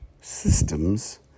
systems